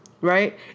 right